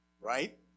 Right